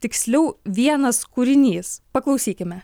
tiksliau vienas kūrinys paklausykime